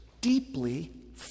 deeply